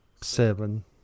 seven